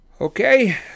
Okay